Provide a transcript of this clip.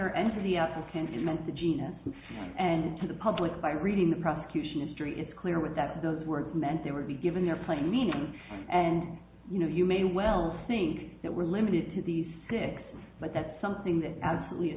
genus and to the public by reading the prosecution in st it's clear with that those words meant they would be given their plain meaning and you know you may well think that we're limited to these six but that's something that absolutely